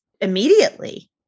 immediately